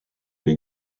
les